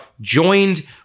joined